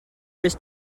was